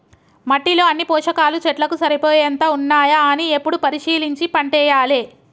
మట్టిలో అన్ని పోషకాలు చెట్లకు సరిపోయేంత ఉన్నాయా అని ఎప్పుడు పరిశీలించి పంటేయాలే